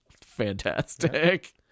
Fantastic